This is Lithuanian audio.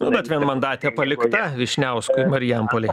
nu bet vienmandatė palikta vyšniauskui marijampolėj